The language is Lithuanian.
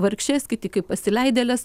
vargšes kiti kaip pasileidėles